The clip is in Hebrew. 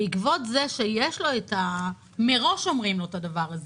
בעקבות זה שמראש אומרים לו את הדבר הזה,